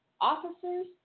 Officers